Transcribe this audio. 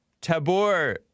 Tabor